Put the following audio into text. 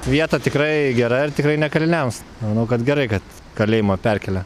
vieta tikrai gera ir tikrai ne kaliniams manau kad gerai kad kalėjimą perkelia